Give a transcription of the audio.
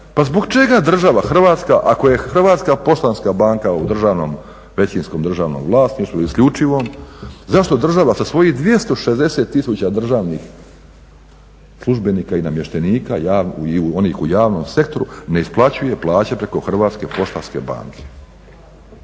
Pa zbog čega država Hrvatska, ako je HPB u državnom, većinskom državnom vlasništvu isključivom, zašto država sa svojih 260 tisuća državnih službenika i namještenika i onih u javnom sektoru ne isplaćuje plaće preko HPB-a? I milijun